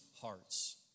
hearts